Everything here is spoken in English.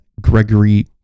Gregory